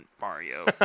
Mario